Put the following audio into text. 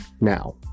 Now